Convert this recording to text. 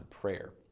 prayer